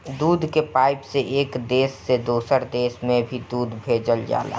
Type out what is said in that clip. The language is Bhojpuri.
दूध के पाइप से एक देश से दोसर देश में भी दूध भेजल जाला